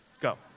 Go